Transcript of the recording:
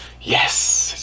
yes